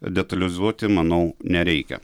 detalizuoti manau nereikia